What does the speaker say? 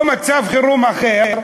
או מצב חירום אחר,